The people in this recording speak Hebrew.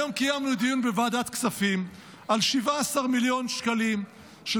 היום קיימנו דיון בוועדת כספים על 17 מיליון שקלים של